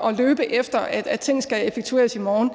og løbe efter, at tingene skal effektueres i morgen.